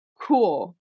Cool